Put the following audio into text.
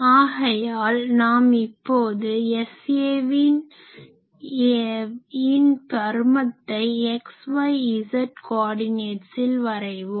ஆகையால் நாம் இப்போது Savஇன் பருமத்தை x y z கோர்டினேட்ஸில் வரைவோம்